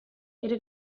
era